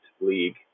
league